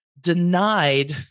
denied